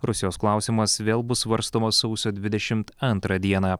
rusijos klausimas vėl bus svarstomas sausio dvidešimt antrą dieną